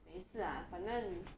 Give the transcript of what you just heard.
没事 ah 反正